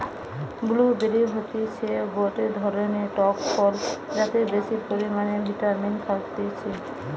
blue বেরি হতিছে গটে ধরণের টক ফল যাতে বেশি পরিমানে ভিটামিন থাকতিছে